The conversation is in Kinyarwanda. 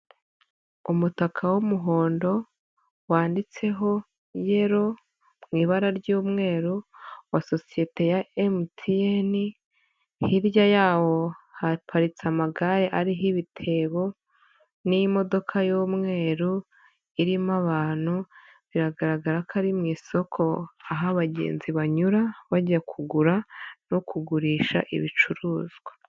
Umutaka w'umuhondo wanditseho yero mu ibara ry'umweru wa sosiyete ya MTN hirya yawo haparitse amagare ariho ibitebo n'imodoka y'umweru irimo abantu biragaragara ko ari mu isoko aho abagenzi banyura bajya kugura no kugurisha ibicuruzwa.